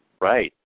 Right